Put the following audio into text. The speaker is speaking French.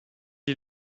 est